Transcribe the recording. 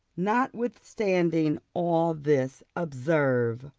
notwithstanding all this, observe,